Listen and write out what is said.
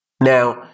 now